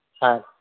ಹಾಂ ರೀ